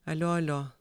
alio alio